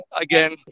again